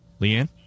Leanne